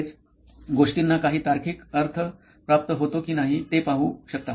तसेच गोष्टींना काही तार्किक अर्थ प्राप्त होतो की नाही ते पाहू शकता